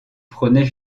prônait